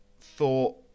thought